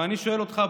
אבל אני שואל אותך,